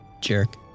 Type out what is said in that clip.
Jerk